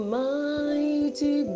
mighty